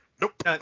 nope